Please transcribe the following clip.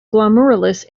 glomerulus